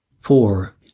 Four